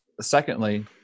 secondly